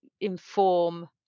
inform